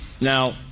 Now